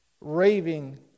raving